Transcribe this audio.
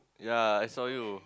ya I saw you